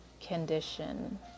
condition